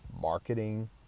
Marketing